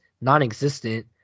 non-existent